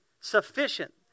sufficient